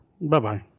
bye-bye